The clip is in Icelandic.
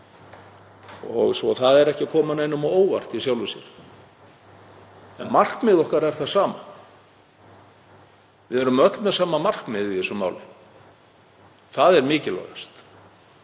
kemur því ekki neinum á óvart í sjálfu sér. En markmið okkar er það sama. Við erum öll með sama markmið í þessu máli og það er mikilvægast.